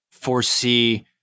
foresee